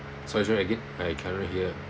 sorry sorry again I cannot hear